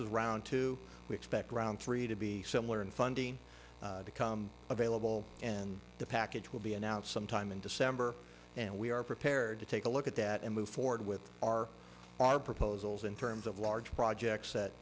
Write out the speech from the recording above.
is round two we expect around three to be similar in funding become available and the package will be announced sometime in december and we are prepared to take a look at that and move forward with our our proposals in terms of large projects that